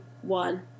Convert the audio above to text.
one